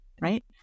Right